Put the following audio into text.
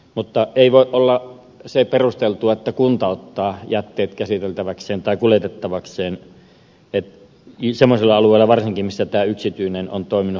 mutta se ei voi olla perusteltua että kunta ottaa jätteet käsiteltäväkseen tai kuljetettavakseen varsinkaan semmoisella alueella missä yksityinen on toiminut hyvin